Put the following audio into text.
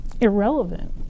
irrelevant